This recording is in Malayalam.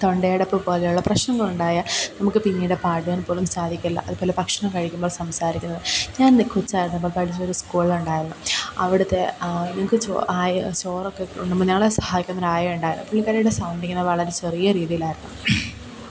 തൊണ്ടയടപ്പ് പോലെയുള്ള പ്രശ്നങ്ങളുണ്ടായാൽ നമുക്ക് പിന്നീട് പാടുവാൻ പോലും സാധിക്കില്ല അതുപോലെ ഭക്ഷണം കഴിക്കുമ്പോൾ സംസാരിക്കുന്നത് ഞാൻ കൊച്ചായിരുന്നപ്പം പഠിച്ചൊരു സ്കൂളുണ്ടായിരുന്നു അവിടത്തെ ഞങ്ങൾക്ക് ചോ ആയ ചോറൊക്കെ ഉണ്ണുമ്പോൾ ഞങ്ങളെ സഹായിക്കുന്നൊരു ആയയുണ്ടായിരുന്നു പുള്ളിക്കാരീടെ സൗണ്ടിങ്ങനെ വളരെ ചെറിയ രീതിയിലായിരുന്നു